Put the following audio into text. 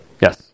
yes